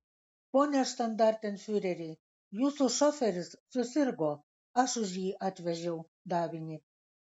pone štandartenfiureri jūsų šoferis susirgo aš už jį atvežiau davinį